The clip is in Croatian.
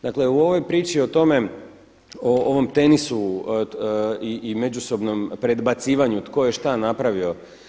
Dakle u ovoj priči o tome o ovom tenisu i međusobnom predbacivanju tko je šta napravio.